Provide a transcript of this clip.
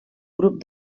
grup